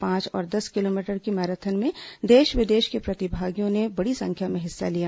पांच और दस किलोमीटर की मैराथन में देश विदेश के प्रतिभागियों ने बड़ी संख्या में हिस्सा लिया